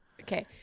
Okay